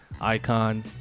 icon